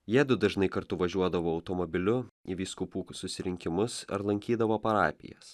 jiedu dažnai kartu važiuodavo automobiliu į vyskupų susirinkimus ar lankydavo parapijas